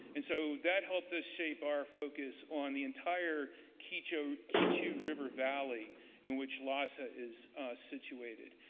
and so, that helped us shape our focus on the entire kichu kichu river valley in which lhasa is situated.